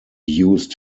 used